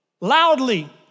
loudly